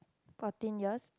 fourteen years